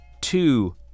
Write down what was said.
two